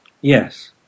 Yes